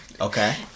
okay